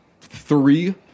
three